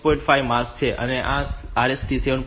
5 mask છે આ RST 7